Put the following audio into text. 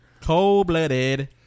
cold-blooded